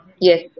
Yes